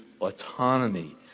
autonomy